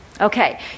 Okay